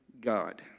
God